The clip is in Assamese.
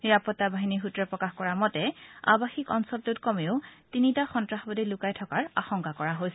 নিৰাপত্তা বাহিনীৰ সূত্ৰই প্ৰকাশ কৰা মতে আবাসিক অঞ্চলটোত কমেও তিনিটা সন্ত্ৰাসবাদী লুকাই থকাৰ আংশকা কৰা হৈছে